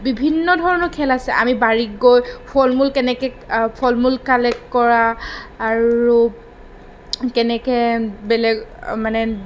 বিভিন্ন ধৰণৰ খেল আছে আমি বাৰীত গৈ ফল মূল কেনেকৈ ফল মূল কালেক্ট কৰা আৰু কেনেকৈ বেলেগ মানে